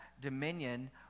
dominion